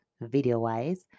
video-wise